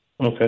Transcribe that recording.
Okay